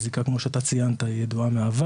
אז הזיקה היא כמו שאתה ציינת והיא ידועה מהעבר.